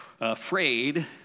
afraid